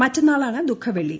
മറ്റന്നാളാണ് ദുഃഖവെള്ളി